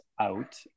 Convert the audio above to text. out